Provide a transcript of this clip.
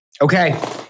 Okay